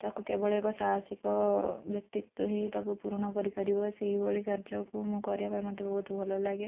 ତାକୁ କେବଳ ଏକ ସାହସିକ ବ୍ୟକ୍ତିତ୍ୱ ହିଁ ତାକୁ ପୂରଣ କରିପାରିବ ସେଇଭଳି କାର୍ଯ୍ୟକୁ ମୁଁ କରାଇବା ମୋତେ ବହୁତ ଭଲ ଲାଗେ